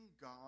God